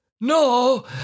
No